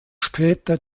später